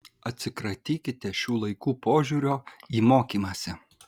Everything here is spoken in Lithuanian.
atsikratykite šių laikų požiūrio į mokymąsi